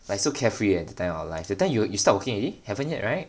but so carefree at the time eh that time but you start working already haven't yet right